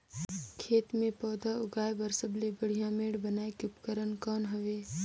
खेत मे पौधा उगाया बर सबले बढ़िया मेड़ बनाय के उपकरण कौन हवे?